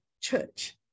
church